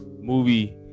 movie